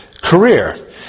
career